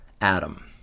Adam